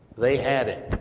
they had it.